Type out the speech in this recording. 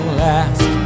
last